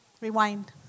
Rewind